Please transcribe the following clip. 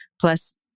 Plus